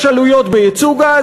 יש עלויות בייצוא גז,